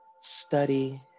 study